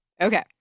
Okay